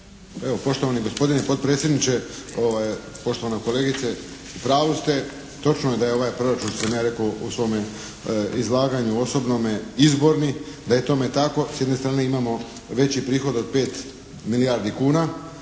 Evo poštovani gospodine potpredsjedniče. Poštovana kolegice u pravu ste, točno je da je ovaj proračun kao što sam i ja rekao u svome izlaganju osobnome, izborni. Da je tome tako, s jedne strane imamo veći prihod od pet milijardi kuna,